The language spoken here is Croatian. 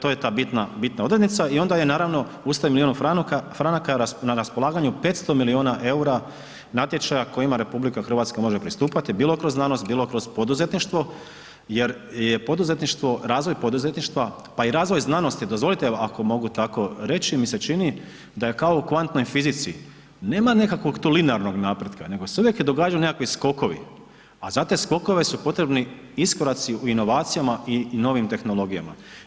To je ta bitna odrednica i onda je na naravno uz taj milion franaka na raspolaganju 500 miliona EUR-a natječaja kojima RH može pristupati bilo kroz znanost, bilo kroz poduzetništvo jer je poduzetništvo, razvoj poduzetništva, pa i razvoj znanosti dozvolite ako mogu tako reći mi se čini da je kao u kvantnoj fizici, nema nekakvog tu linearnog napretka, nego se uvijek događaju nekakvi skokovi, a za te skokovi su potrebni iskoraci u inovacijama i novim tehnologijama.